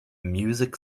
music